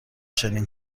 چنین